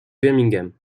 birmingham